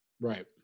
right